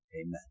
Amen